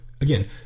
Again